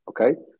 Okay